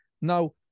now